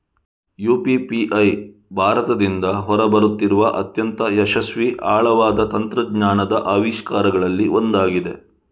UPI ಭಾರತದಿಂದ ಹೊರ ಬರುತ್ತಿರುವ ಅತ್ಯಂತ ಯಶಸ್ವಿ ಆಳವಾದ ತಂತ್ರಜ್ಞಾನದ ಆವಿಷ್ಕಾರಗಳಲ್ಲಿ ಒಂದಾಗಿದೆ